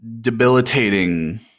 debilitating